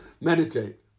meditate